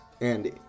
Andy